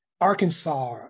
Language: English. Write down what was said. Arkansas